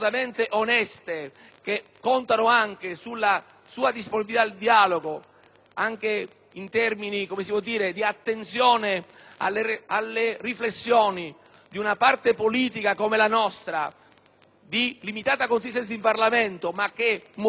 anche in termini di attenzione alle considerazioni di una parte politica come la nostra, di limitata consistenza in Parlamento, ma che, muovendosi in una realtà delicatissima come quella del Mezzogiorno, ha una sensibilità